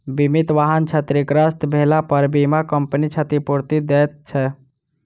बीमित वाहन क्षतिग्रस्त भेलापर बीमा कम्पनी क्षतिपूर्ति दैत छै